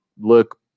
look